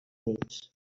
units